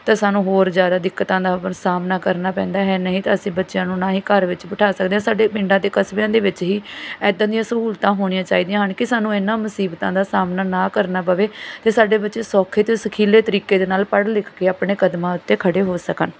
ਅਤੇ ਸਾਨੂੰ ਹੋਰ ਜ਼ਿਆਦਾ ਦਿੱਕਤਾਂ ਦਾ ਸਾਹਮਣਾ ਕਰਨਾ ਪੈਂਦਾ ਹੈ ਨਹੀਂ ਤਾਂ ਅਸੀਂ ਬੱਚਿਆਂ ਨੂੰ ਨਾ ਹੀ ਘਰ ਵਿੱਚ ਬਿਠਾ ਸਕਦੇ ਹਾਂ ਸਾਡੇ ਪਿੰਡਾਂ ਅਤੇ ਕਸਬਿਆਂ ਦੇ ਵਿੱਚ ਹੀ ਇੱਦਾਂ ਦੀਆਂ ਸਹੂਲਤਾਂ ਹੋਣੀਆਂ ਚਾਹੀਦੀਆਂ ਹਨ ਕਿ ਸਾਨੂੰ ਇਹਨਾਂ ਮੁਸੀਬਤਾਂ ਦਾ ਸਾਹਮਣਾ ਨਾ ਕਰਨਾ ਪਵੇ ਅਤੇ ਸਾਡੇ ਬੱਚੇ ਸੌਖੇ ਅਤੇ ਸਖੀਲੇ ਤਰੀਕੇ ਦੇ ਨਾਲ ਪੜ੍ਹ ਲਿਖ ਕੇ ਆਪਣੇ ਕਦਮਾਂ ਉੱਤੇ ਖੜ੍ਹੇ ਹੋ ਸਕਣ